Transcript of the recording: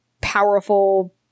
powerful